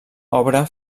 obra